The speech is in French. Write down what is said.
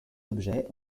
objets